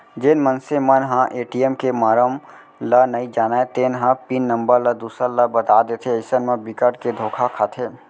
जेन मनसे मन ह ए.टी.एम के मरम ल नइ जानय तेन ह पिन नंबर ल दूसर ल बता देथे अइसन म बिकट के धोखा खाथे